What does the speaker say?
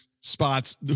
spots